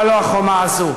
אבל לא החומה הזאת.